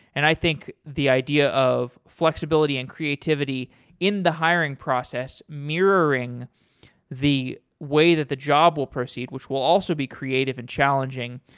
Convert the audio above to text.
and i think the idea of flexibility and creativity in the hiring process mirroring the way that the job will proceed which will also be creative and challenging.